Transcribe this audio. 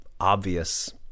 obvious